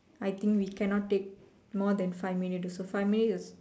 I think we cannot take more than five minute also five minute is